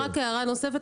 תודה, תודה.